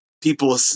people